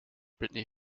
brittany